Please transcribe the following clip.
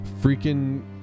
freaking